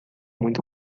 muito